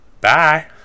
Bye